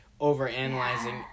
overanalyzing